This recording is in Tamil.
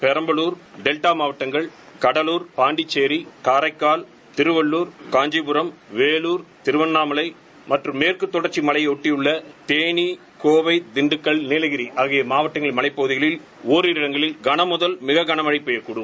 பெரம்பலூர் டெல்டா மாவட்டங்கள் கடலூர் பாண்டிச்சேரி காரக்கால் திருவள்ளுர் காஞ்சிபுரம் வேலூர் திருவண்ணாமலை மற்றும் மேற்குதொடர்க்சி மலையை ஒட்டியுள்ள தேனி கோவை திண்டுக்கல் நீலகிரி ஆகிய மாவட்டங்களின் மலைப்பகுதிகளில் ஒரிரு இடங்களில் கன முதல் மிக கனமழழ பெய்யக்கூடும்